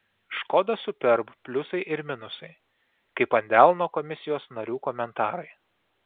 škoda superb pliusai ir minusai kaip ant delno komisijos narių komentarai